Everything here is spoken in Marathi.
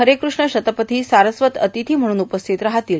हरेकुष्ण शतपथी सारस्वत अतिथी म्हणून उपस्थित राहणार आहेत